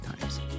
Times